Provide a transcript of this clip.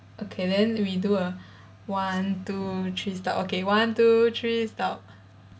okay then redo ah one two three stop okay one two three stop